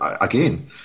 again